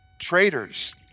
traitors